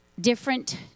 different